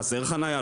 חסרה חניה?